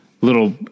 little